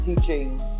teaching